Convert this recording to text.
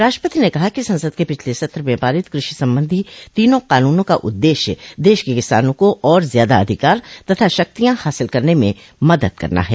राष्ट्रपति ने कहा कि संसद के पिछले सत्र में पारित कृषि सबधी तीनों कानूनों का उद्देश्य देश के किसानों को और ज्यादा अधिकार तथा शक्तियां हासिल करने में मदद करना है